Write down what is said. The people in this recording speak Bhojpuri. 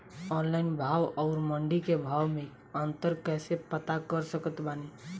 ऑनलाइन भाव आउर मंडी के भाव मे अंतर कैसे पता कर सकत बानी?